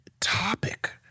topic